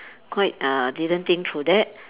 quite uh didn't think through that